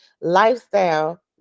lifestyle